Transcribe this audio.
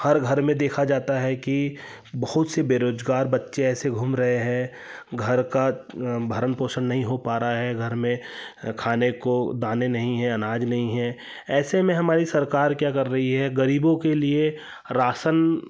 हर घर में देखा जाता है कि बहुत से बेरोजगार बच्चे ऐसे घूम रहे हैं घर का भरण पोषण नहीं हो पा रहा है घर में खाने को दाने नहीं है अनाज नहीं है ऐसे में हमारी सरकार क्या कर रही है गरीबों के लिए राशन